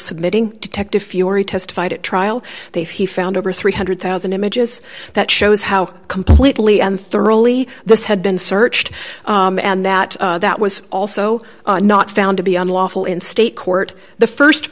submitting detective fiore testified at trial they found over three hundred thousand images that shows how completely and thoroughly this had been searched and that that was also not found to be unlawful in state court the